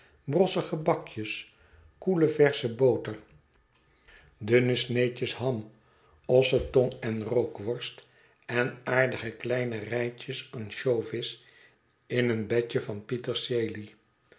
brosse gebakjes koele versche boter dunne sneedjes mijnheer en mevrouw oh ad band ham ossetong en rookworst en aardige kleine rijtjes ansjovis in een bedje van pieterselie